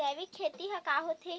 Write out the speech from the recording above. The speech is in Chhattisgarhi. जैविक खेती ह का होथे?